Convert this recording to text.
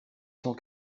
cent